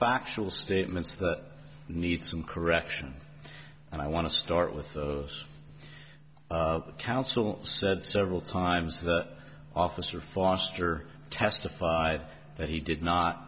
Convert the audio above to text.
factual statements that need some correction and i want to start with those counsel said several times that officer foster testified that he did not